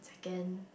then